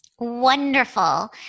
Wonderful